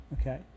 Okay